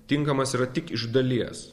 tinkamas yra tik iš dalies